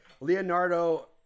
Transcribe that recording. Leonardo